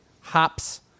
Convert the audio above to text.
hops